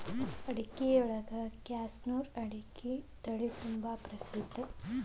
ಅಡಿಕಿಯೊಳಗ ಕ್ಯಾಸನೂರು ಅಡಿಕೆ ತಳಿತುಂಬಾ ಪ್ರಸಿದ್ಧ